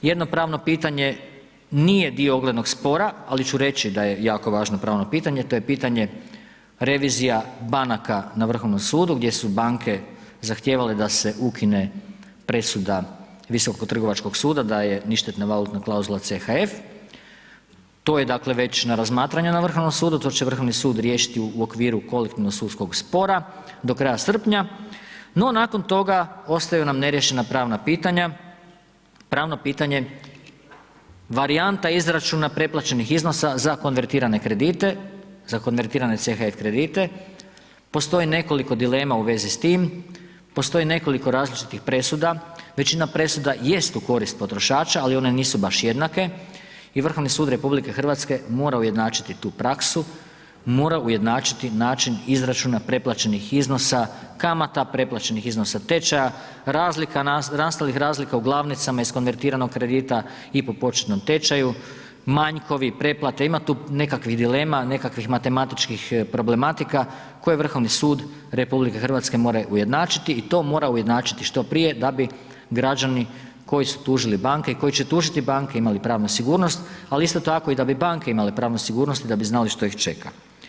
Jedno pravno pitanje nije dio oglednog spora ali ću reći da je jako važno pravno pitanje, to je pitanje revizija banaka na Vrhovnom sudu gdje su banke zahtijevale da se ukine presuda Visokog trgovačkog suda da je ništetna valutna klauzula CHF, to je dakle već na razmatranju na Vrhovnom sudu, to će Vrhovni sud riješiti u okviru kolektivnog sudskog spora do kraja srpnja no nakon toga ostaju nam neriješena pravna pitanja, pravno pitanje varijanta izračuna preplaćenih iznosa za konvertirane kredite, za konvertirane CHF kredite, postoji nekoliko dilema u vezi s time, postoji nekoliko različitih presuda, većina presuda jest u korist potrošača ali oni baš jednake i Vrhovni sud RH mora ujednačiti tu praksu, mora ujednačiti način izračuna preplaćenih iznosa, kamata, preplaćenih iznosa tečaja, razlika nastalih razlika u glavnicama iz konvertiranog kredita i po početnom tečaju, manjkovi, preplate, ima tu nekakvih dilema, nekakvih matematičkih problematika, koje Vrhovni sud RH mora ujednačiti i to mora ujednačiti što prije, da bi građani koji su tužili banke i koji će tužiti banke imali pravnu sigurnost, ali isto tako, da bi i banke imale pravnu sigurnost i da bi znale što ih čeka.